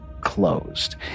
closed